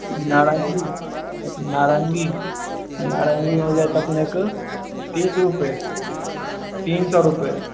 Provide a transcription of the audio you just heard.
नारङ्गी नारङ्गी नारङ्गी हो जायत अपनेके तीस रूपये तीन सए रुपये